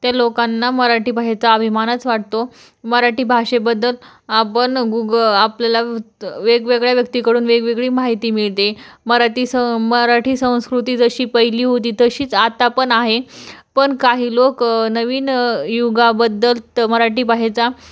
ते लोकांना मराठी भाहेचा अभिमानच वाटतो मराठी भाषेबद्दल आपण गूग आपल्याला त वेगवेगळ्या व्यक्तीकडून वेगवेगळी माहिती मिळते मराठी सं मराठी संस्कृती जशी पहिली होती तशीच आता पण आहे पण काही लोक नवीन युगाबद्दल त मराठी भाहेचा